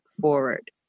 forward